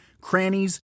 crannies